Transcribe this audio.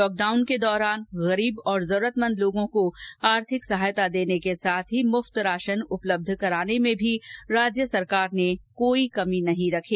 lockdown के दौरान गरीब और जरूरतमंद लोगों को आर्थिक सहायता के साथ ही फी राशन उपलब्ध कराने में भी राज्य सरकार ने कोई कमी नहीं रखी